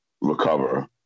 recover